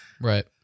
right